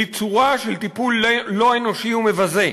היא צורה של טיפול לא אנושי ומבזה.